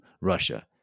Russia